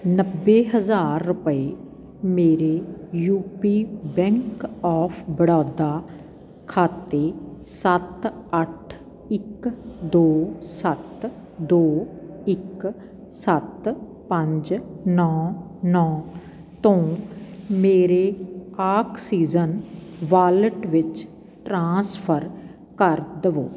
ਨੱਬੇ ਹਜ਼ਾਰ ਰੁਪਏ ਮੇਰੇ ਯੂਪੀ ਬੈਂਕ ਆਫ ਬੜੌਦਾ ਖਾਤੇ ਸੱਤ ਅੱਠ ਇੱਕ ਦੋ ਸੱਤ ਦੋ ਇੱਕ ਸੱਤ ਪੰਜ ਨੌਂ ਨੌਂ ਤੋਂ ਮੇਰੇ ਆਕਸੀਜਨ ਵਾਲਟ ਵਿੱਚ ਟ੍ਰਾਂਸਫਰ ਕਰ ਦੇਵੋ